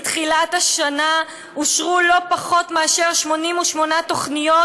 מתחילת השנה אושרו לא פחות מאשר 88 תוכניות